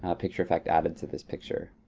ah picture effect added to this picture.